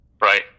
right